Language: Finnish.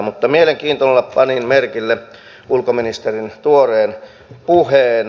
mutta mielenkiinnolla panin merkille ulkoministerin tuoreen puheen